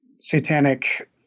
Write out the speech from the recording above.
satanic